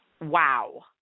Wow